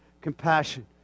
compassion